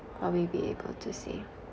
probably be able to save